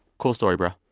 cool story, bro